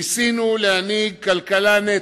ניסינו להנהיג כלכלה נטו,